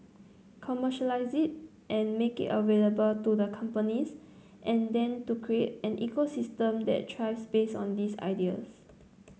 commercialise and make it available to the companies and then to create an ecosystem that thrives based on these ideas